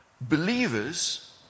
believers